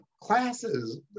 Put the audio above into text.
classes